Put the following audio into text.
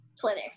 twitter